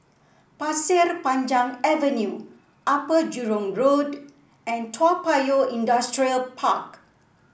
Pasir Panjang Avenue Upper Jurong Road and Toa Payoh Industrial Park